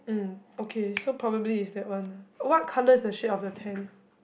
mm okay so probably it's that one lah what colour is the shade of the tent